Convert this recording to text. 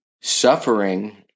Suffering